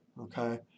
okay